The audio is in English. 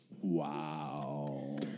Wow